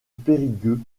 périgueux